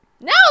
No